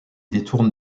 détourne